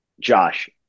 josh